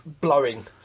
blowing